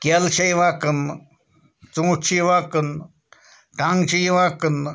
کیلہٕ چھےٚ یِوان کٕنٛنہٕ ژوٗنٛٹھۍ چھِ یِوان کٕنٛنہٕ ٹنٛگ چھِ یِوان کٕنٛنہٕ